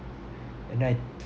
and then I